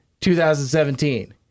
2017